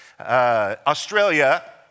Australia